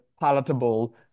palatable